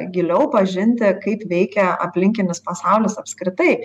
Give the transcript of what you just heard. giliau pažinti kaip veikia aplinkinis pasaulis apskritai